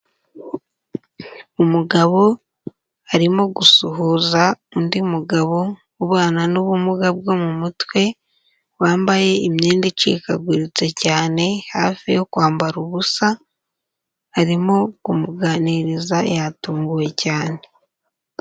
Umugabo arimo gusuhuza undi mugabo, ubana n'ubumuga bwo mu mutwe, wambaye imyenda icikaguritse cyane, hafi yo kwambara ubusa, arimo kumuganiriza, yatunguwe cyane.